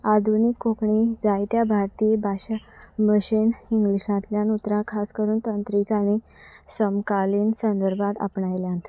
आधुनीक कोंकणी जायत्या भारतीय भाशां भशेन इंग्लिशांतल्यान उतरां खास करून तंत्रिकांनी समकालीन संदर्भांत आपणायल्यांत